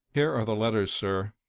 here are the letters, sir.